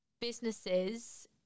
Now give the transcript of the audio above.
businesses